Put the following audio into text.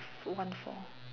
one four